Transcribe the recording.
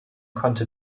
konnte